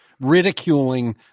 ridiculing